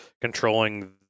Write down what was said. controlling